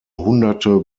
hunderte